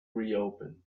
reopens